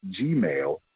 gmail